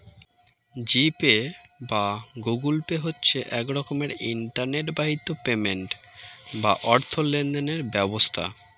জি pay বা Google pay হচ্ছে এক রকমের ইন্টারনেট বাহিত পেমেন্ট বা অর্থ লেনদেনের ব্যবস্থা